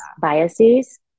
biases